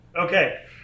okay